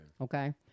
Okay